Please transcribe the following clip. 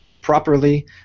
properly